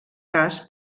cas